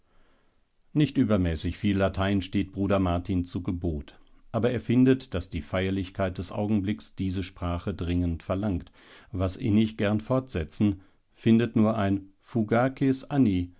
nicht übermäßig viel latein steht bruder martin zu gebot aber er findet daß die feierlichkeit des augenblicks diese sprache dringend verlangt was innig gern fortsetzen findet nur ein fugaces anni